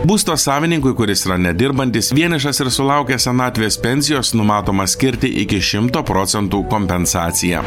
būsto savininkui kuris yra nedirbantis vienišas ir sulaukė senatvės pensijos numatoma skirti iki šimto procentų kompensaciją